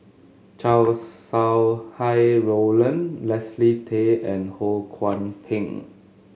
Chow Sau Hai Roland Leslie Tay and Ho Kwon Ping